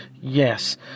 Yes